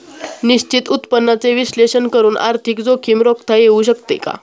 निश्चित उत्पन्नाचे विश्लेषण करून आर्थिक जोखीम रोखता येऊ शकते का?